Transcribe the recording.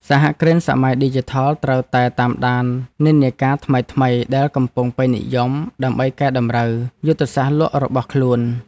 សហគ្រិនសម័យឌីជីថលត្រូវតែតាមដាននិន្នាការថ្មីៗដែលកំពុងពេញនិយម ដើម្បីកែតម្រូវយុទ្ធសាស្ត្រលក់របស់ខ្លួន។